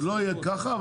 זה לא יהיה ככה.